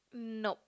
nope